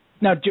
Now